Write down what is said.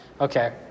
Okay